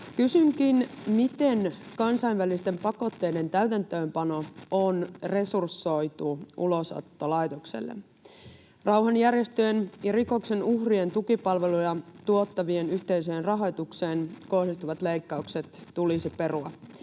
Kysynkin: miten kansainvälisten pakotteiden täytäntöönpano on resursoitu Ulosottolaitokselle? Rauhanjärjestöjen ja rikoksen uhrien tukipalveluja tuottavien yhteisöjen rahoitukseen kohdistuvat leikkaukset tulisi perua.